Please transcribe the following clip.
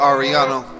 Ariano